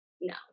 No